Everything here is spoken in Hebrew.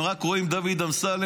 הם רק רואים "דוד אמסלם",